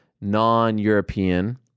non-European